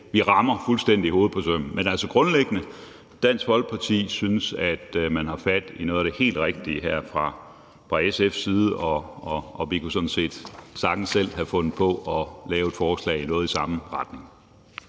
vi rammer hovedet på sømmet. Men altså grundlæggende synes Dansk Folkeparti, at man fra SF's side har fat i noget af det helt rigtige, og vi kunne sådan set sagtens selv have fundet på at lave et forslag om noget i samme retning.